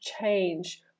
change